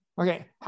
okay